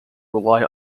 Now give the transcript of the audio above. rely